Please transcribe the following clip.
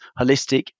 holistic